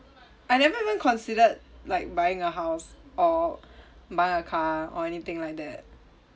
I never even considered like buying a house or buying a car or anything like that